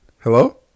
Hello